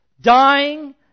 Dying